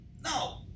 No